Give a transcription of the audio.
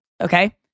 Okay